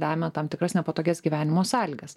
lemia tam tikras nepatogias gyvenimo sąlygas